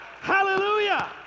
hallelujah